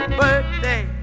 birthday